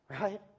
Right